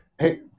Hey